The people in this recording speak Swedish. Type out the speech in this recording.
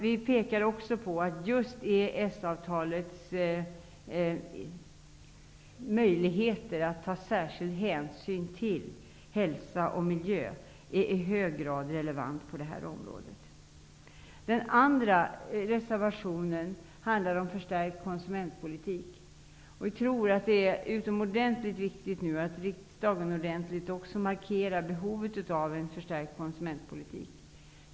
Vi pekar också på att just EES-avtalets möjligheter till att ta särskild hänsyn till hälsa och miljö på det här området i hög grad är relevanta. Den andra reservationen handlar om förstärkt konsumentpolitik. Vi tror att det är utomordentligt viktigt att riksdagen markerar behovet av en förstärkt konsumentpolitik.